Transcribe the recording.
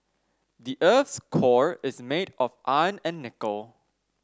the earth's core is made of iron and nickel